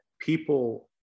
people